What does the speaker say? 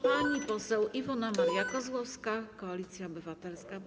Pani poseł Iwona Maria Kozłowska, Koalicja Obywatelska.